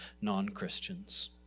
non-Christians